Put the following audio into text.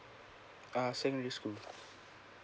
uh secondary school